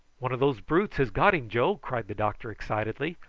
one of those brutes has got him, joe, cried the doctor excitedly,